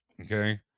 Okay